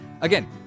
again